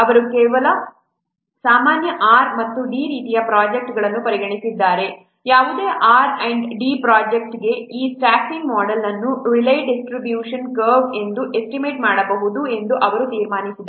ಅವರು ಕೆಲವು ಸಾಮಾನ್ಯ R ಮತ್ತು D ರೀತಿಯ ಪ್ರೊಜೆಕ್ಟ್ಗಳನ್ನು ಪರಿಗಣಿಸಿದ್ದಾರೆ ಯಾವುದೇ R ಮತ್ತು D ಪ್ರೊಜೆಕ್ಟ್ಗೆ ಈ ಸ್ಟಾಫ್ಯಿಂಗ್ ಮೋಡೆಲ್ ಅನ್ನು ರೇಲೈ ಡಿಸ್ಟ್ರಿಬ್ಯೂಷನ್ ಕರ್ವ್ ಇಂದ ಎಸ್ಟಿಮೇಟ್ ಮಾಡಬಹುದು ಎಂದು ಅವರು ತೀರ್ಮಾನಿಸಿದರು